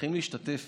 צריכים להשתתף